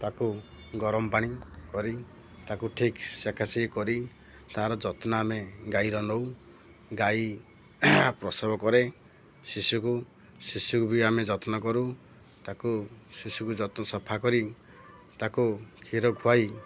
ତାକୁ ଗରମ ପାଣି କରି ତାକୁ ଠିକ୍ ସେକା ସେକି କରି ତା'ର ଯତ୍ନ ଆମେ ଗାଈର ନେଉ ଗାଈ ପ୍ରସବ କରେ ଶିଶୁକୁ ଶିଶୁକୁ ବି ଆମେ ଯତ୍ନ କରୁ ତାକୁ ଶିଶୁକୁ ଯତ୍ନ ସଫା କରି ତାକୁ କ୍ଷୀର ଖୁଆାଇ